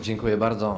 Dziękuję bardzo.